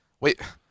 wait